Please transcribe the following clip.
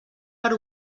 per